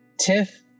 Tiff